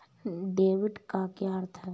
Debit का अर्थ क्या है?